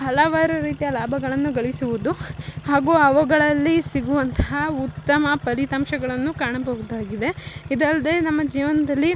ಹಲವಾರು ರೀತಿಯ ಲಾಭಗಳನ್ನು ಗಳಿಸುವುದು ಹಾಗು ಅವುಗಳಲ್ಲಿ ಸಿಗುವಂತಹ ಉತ್ತಮ ಫಲಿತಾಂಶಗಳನ್ನು ಕಾಣಬಹುದಾಗಿದೆ ಇದಲ್ಲದೆ ನಮ್ಮ ಜೀವನದಲ್ಲಿ